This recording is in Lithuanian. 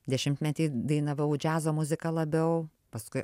dešimtmetį dainavau džiazo muziką labiau paskui